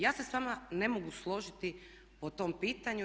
Ja se s vama ne mogu složiti po tom pitanju.